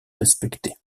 respecter